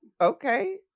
Okay